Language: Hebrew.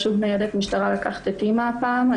שוב ניידת משטרה לקחת את אימא הפעם.